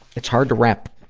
it's hard to wrap